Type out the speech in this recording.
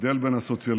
ההבדל בין הסוציאליזם